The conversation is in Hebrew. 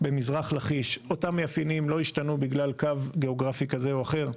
במזרח לכיש - אותם מאפיינים לא ישתנו בגלל קו גיאוגרפי כזה או אחר.